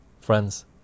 friends